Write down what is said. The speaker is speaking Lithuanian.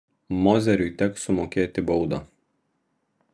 mozeriui teks sumokėti baudą